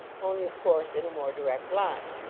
only, of course, in a more direct line.